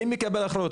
מי מקבל על זה אחריות?